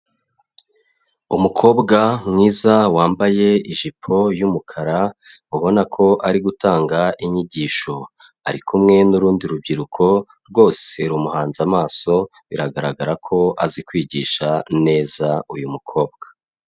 Umukobwa mwiza wambaye ijipo y'umukara ubona ko ari gutanga inyigisho, ari kumwe n'urundi rubyiruko rwose rumuhanze amaso biragaragara ko azi kwigisha neza uyu mukobwa.